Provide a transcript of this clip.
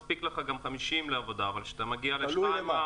מספיק לך גם 50 לעבודה אבל כשאתה מגיע להעלאה,